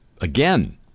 again